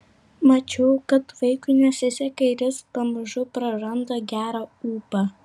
mačiau kad vaikui nesiseka ir jis pamažu praranda gerą ūpą